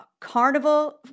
carnival